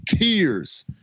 tears